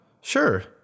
sure